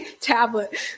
tablet